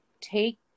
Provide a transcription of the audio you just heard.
Take